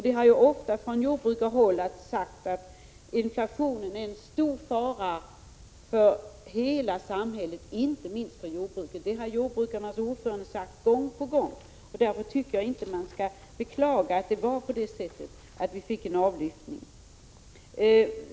Det har ofta sagts från jordbrukarhåll att inflationen är en stor fara för hela samhället, inte minst för jordbruket. Det har jordbrukarnas ordförande sagt gång på gång. Därför tycker jag inte att man skall klaga på att vi fick en avlyftning.